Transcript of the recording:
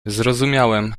zrozumiałem